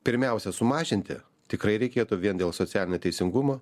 pirmiausia sumažinti tikrai reikėtų vien dėl socialinio teisingumo